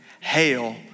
Hail